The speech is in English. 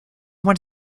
want